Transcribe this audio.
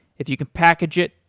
if you can package it,